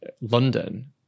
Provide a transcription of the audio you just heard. London